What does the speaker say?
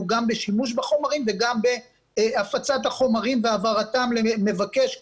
גם בשימוש בחומרים וגם בהפצת החומרים והעברתם למבקש כלשהו.